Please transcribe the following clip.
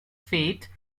fete